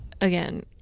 again